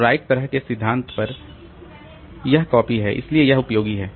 तो राइट तरह के सिद्धांत पर यह कॉपी है इसलिए यह उपयोगी है